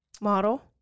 model